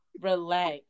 Relax